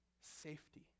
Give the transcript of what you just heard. safety